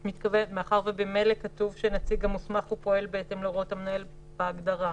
את מתכוונת שממילא כתוב שהנציג המוסמך פועל בהתאם להוראות המנהל בהגדרה?